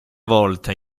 volta